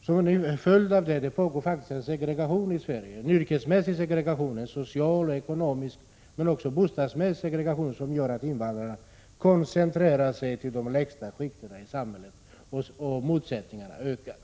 Som en följd av det pågår det faktiskt en segregation i Sverige, en yrkesmässig, social, ekonomisk och bostadsmässig segregation, som gör att invandrarna koncentreras till de lägsta skikten i samhället och att motsättningarna ökar.